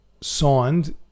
signed